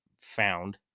found